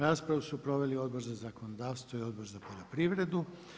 Raspravu su proveli Odbor za zakonodavstvo i Odbor za poljoprivredu.